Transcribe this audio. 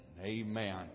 Amen